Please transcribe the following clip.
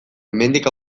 hemendik